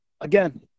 Again